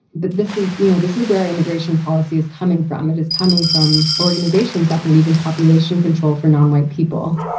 but this is, you know, this is where our immigration policy is coming from. it is coming from organizations that believe in population control for non-white people